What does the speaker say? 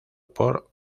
por